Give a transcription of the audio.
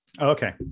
Okay